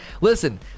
Listen